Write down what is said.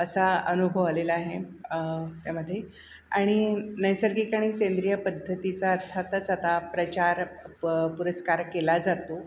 असा अनुभव आलेला आहे त्यामध्ये आणि नैसर्गिक आणि सेंद्रिय पद्धतीचा अर्थातच आता प्रचार प पुरस्कार केला जातो